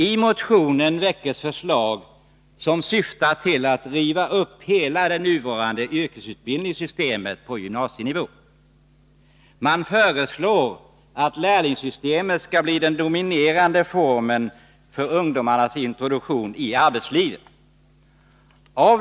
I motionen läggs förslag som syftar till att riva upp hela det nuvarande yrkesutbildningssystemet på gymnasienivå. Motionärerna föreslår att lärlingssystemet skall bli den dominerande formen för ungdomarnas introduktion i arbetslivet.